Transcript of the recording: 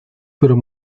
pero